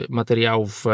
materiałów